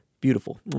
Beautiful